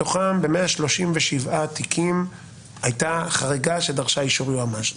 מתוכם ב-137 תיקים הייתה חריגה שדרשה אישור יועמ"ש.